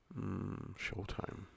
Showtime